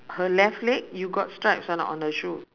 her left leg you got stripes or not on her shoe